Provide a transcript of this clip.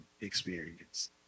experience